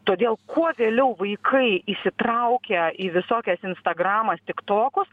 todėl kuo vėliau vaikai įsitraukia į visokias instagramas tiktokus